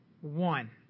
one